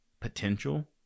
potential